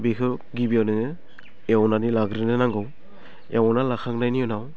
बेखौ गिबियाव नोङो एवनानै लाग्रोनो नांगौ एवना लाखांनायनि उनाव